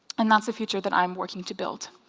and that's the future that i'm working to build.